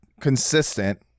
consistent